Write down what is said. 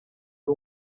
ari